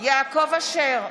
יעקב אשר,